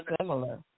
similar